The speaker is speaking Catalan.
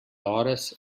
hores